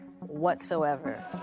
whatsoever